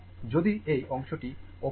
যদি এই অংশটি ওপেন থাকে